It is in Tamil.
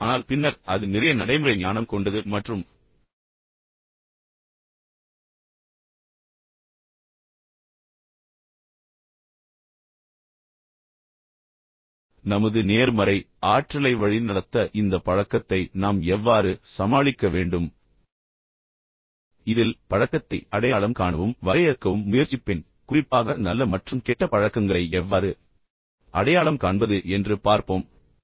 ஆனால் பின்னர் அது நிறைய நடைமுறை ஞானம் கொண்டது மற்றும் நமது நேர்மறை ஆற்றலை வழிநடத்த இந்த பழக்கத்தை நாம் எவ்வாறு சமாளிக்க வேண்டும் அதே போல் ஒவ்வொரு மனிதனிடமும் இருக்கும் எதிர்மறையான விஷயத்தைக் கட்டுப்படுத்துவதற்கும் இப்போது இதில் நான் சொன்னது போல் பழக்கத்தை அடையாளம் காணவும் வரையறுக்கவும் முயற்சிப்பேன் பின்னர் குறிப்பாக நல்ல மற்றும் கெட்ட பழக்கங்களை எவ்வாறு அடையாளம் காணலாம் என்பதைப் புரிந்துகொள்ள முயற்சிப்பேன்